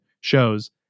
shows